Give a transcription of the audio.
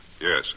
Yes